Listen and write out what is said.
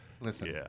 listen